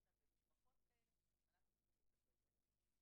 אין הרבה משפחות כאלה ואנחנו צריכים לטפל בהן.